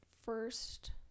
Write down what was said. first